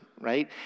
right